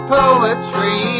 poetry